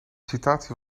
citatie